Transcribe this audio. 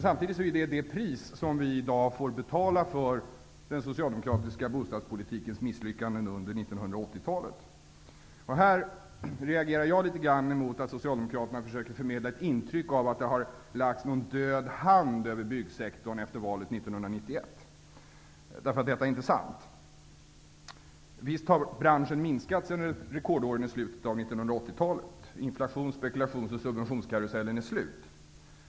Samtidigt är det priset som vi i dag får betala för den socialdemokratiska bostadspolitikens misslyckanden under 1980-talet. Här reagerar jag mot att Socialdemokraterna försöker förmedla ett intryck av att det har lagts en död hand över byggsektorn efter valet 1991. Detta är inte sant. Visst har branschen minskat sedan rekordåren i slutet av 1980-talet. Inflations , spekulations och subventionskarusellen är slut.